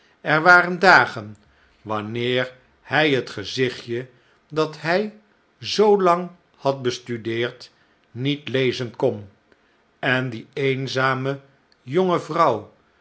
er waren dagen wanneer hij het gezichtje dat hij zoo lang had bestudeerd niet lezen kon en die eenzame jonge vrouw